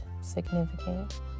significant